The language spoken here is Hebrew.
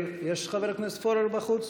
חבר הכנסת עודד פורר בחוץ?